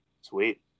sweet